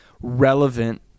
relevant